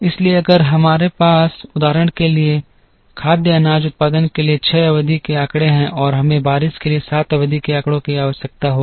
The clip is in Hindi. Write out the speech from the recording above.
इसलिए अगर हमारे पास उदाहरण के लिए खाद्य अनाज उत्पादन के लिए छह अवधि के आंकड़े हैं और हमें बारिश के लिए 7 अवधि के आंकड़ों की आवश्यकता होगी